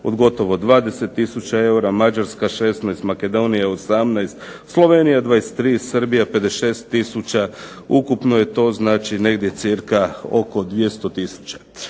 od gotovo 20 tisuća eura, Mađarska 16, Makedonija 18, Slovenija 23, Srbija 56 tisuća. Ukupno je to znači negdje cca oko 200